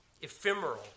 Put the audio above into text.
ephemeral